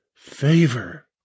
Favor